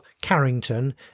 Carrington